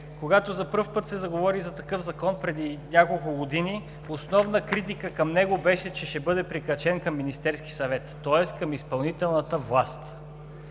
години за първи път се заговори за такъв закон, основна критика към него беше, че ще бъде прикачен към Министерския съвет, тоест към изпълнителната власт.